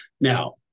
Now